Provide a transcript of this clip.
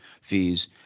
fees